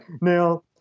Now